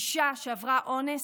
אישה שעברה אונס,